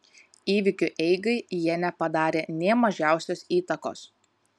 įvykių eigai jie nepadarė nė mažiausios įtakos